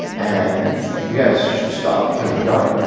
and you guys should stop because, if not,